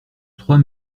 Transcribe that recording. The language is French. trois